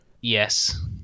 Yes